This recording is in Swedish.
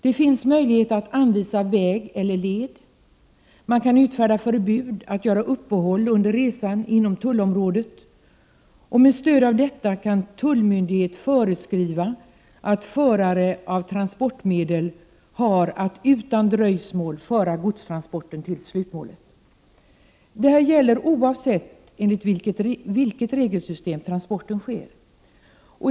Det finns möjligheter att anvisa väg eller led. Det finns också möjligheter att utfärda förbud för förarna att göra uppehåll under resan inom tullområdet. Med stöd härav kan tullmyndighet föreskriva att förare av transportmedel har att utan dröjsmål föra godstransporten till slutmålet. Det här gäller oavsett enligt vilket regelsystem transporten sker.